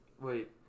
Wait